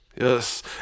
Yes